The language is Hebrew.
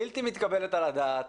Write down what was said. בלתי מתקבלת על הדעת.